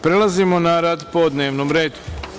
Prelazimo na rad po dnevnom redu.